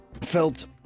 ...felt